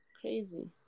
crazy